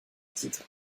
titres